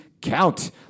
count